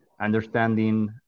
understanding